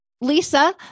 Lisa